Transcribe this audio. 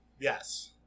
Yes